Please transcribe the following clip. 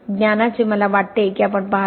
ज्ञानाचे मला वाटते की आपण पाहतो